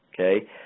okay